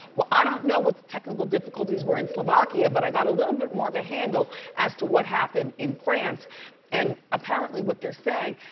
well i don't know what the technical difficulties were in slovakia but, i got a little bit more of a handle as to what happened in france and apparently what there saying,